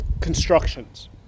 constructions